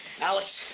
Alex